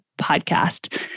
podcast